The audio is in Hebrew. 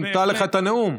שינתה לך את הנאום.